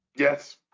Yes